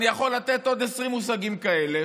אני יכול לתת עוד 20 מושגים כאלה,